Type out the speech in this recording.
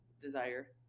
desire